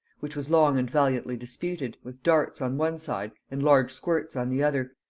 which was long and valiantly disputed, with darts on one side and large squirts on the other,